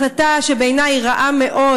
החלטה שבעיני היא רעה מאוד,